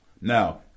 Now